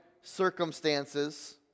circumstances